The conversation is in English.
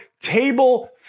table